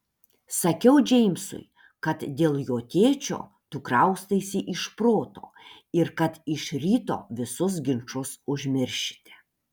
sakiau džeimsui kad dėl jo tėčio tu kraustaisi iš proto ir kad iš ryto visus ginčus užmiršite